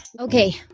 Okay